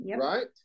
right